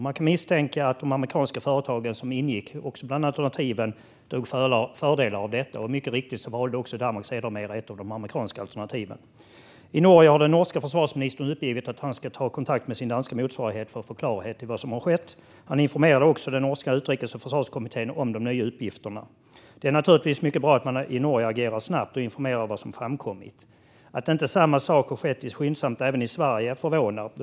Man kan misstänka att de amerikanska företag som också ingick bland alternativen drog fördel av detta, och mycket riktigt valde också Danmark sedermera ett av de amerikanska alternativen. I Norge har den norska försvarsministern uppgivit att han ska ta kontakt med sin danska motsvarighet för att få klarhet i vad som har skett. Han informerade också den norska utrikes och försvarskommittén om de nya uppgifterna. Det är naturligtvis mycket bra att man i Norge agerar snabbt och informerar om vad som har framkommit. Att inte samma sak har skett skyndsamt även i Sverige förvånar.